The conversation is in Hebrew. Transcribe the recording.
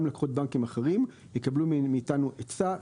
גם לקוחות בנקים אחרים יקבלו מאיתנו עצה,